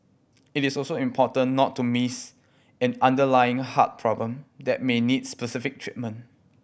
it is also important not to miss an underlying heart problem that may need specific treatment